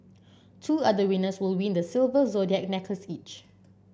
two other winners will win the silver zodiac necklace each